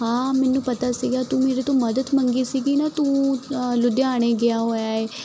ਹਾਂ ਮੈਨੂੰ ਪਤਾ ਸੀਗਾ ਤੂੰ ਮੇਰੇ ਤੋਂ ਮਦਦ ਮੰਗੀ ਸੀਗੀ ਨਾ ਤੂੰ ਲੁਧਿਆਣੇ ਗਿਆ ਹੋਇਆ ਹੈ